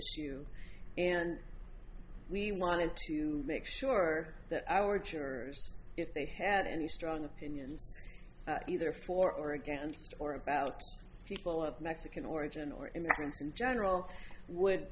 issue and we wanted to make sure that our jurors if they had any strong opinions either for or against or about people of mexican origin or immigrants in general would